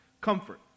comfort